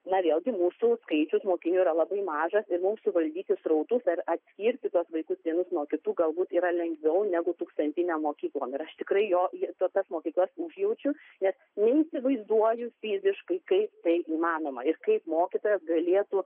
na vėlgi mūsų skaičius mokinių yra labai mažas ir mums suvaldyti srautus ar atskirti tuos vaikus vienus nuo kitų galbūt yra lengviau negu tūkstantinėm mokyklom ir aš tikrai jo į to tas mokyklas užjaučiu nes neįsivaizduoju fiziškai kaip tai įmanoma ir kaip mokytojas galėtų